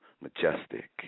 majestic